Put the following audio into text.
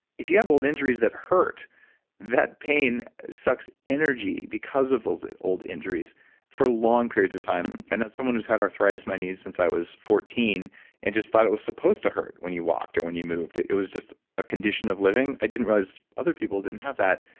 if you have old injuries that hurt that pain sucks energy because of those old injuries for long periods of time. and as someone who's had arthritis in my knees since i was fourteen and just thought it was supposed to hurt when you walked or when you moved, it it was just a condition of living i didn't realize other people didn't have that.